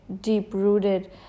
deep-rooted